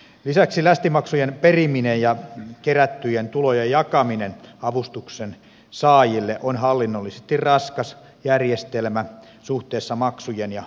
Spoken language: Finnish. lisäksi lästimaksujen periminen ja kerättyjen tulojen jakaminen avustuksen saajille on hallinnollisesti raskas järjestelmä suhteessa maksujen ja avustusten määrään